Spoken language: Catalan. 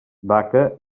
vaca